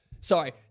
Sorry